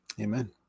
Amen